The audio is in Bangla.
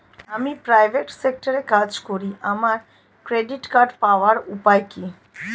আমি প্রাইভেট সেক্টরে কাজ করি আমার ক্রেডিট কার্ড পাওয়ার উপায় কি?